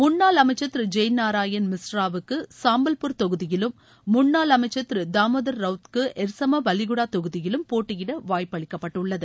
முன்னாள் அமைச்சர் திரு ஜெய் நாராயண் மிஸ்ராவுக்கு சாம்பவ்பூர் தொகுதியிலும் முன்னாள் அமைச்சர் திரு தாமோதர் ரவுத் க்கு எர்சமா பலிகுடா தொகுதியிலும் போட்டியிட வாய்ப்பு அளிக்கப்பட்டுள்ளது